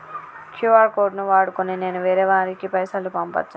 QR code ను వాడుకొని నేను వేరే వారికి పైసలు పంపచ్చా?